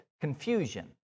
confusion